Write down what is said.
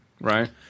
right